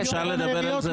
שוויון בין העיריות,